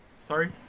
Sorry